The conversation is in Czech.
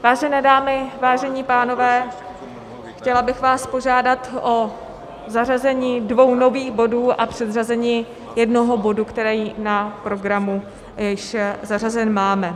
Vážené dámy, vážení pánové, chtěla bych vás požádat o zařazení dvou nových bodů a předřazení jednoho bodu, který na programu již zařazen máme.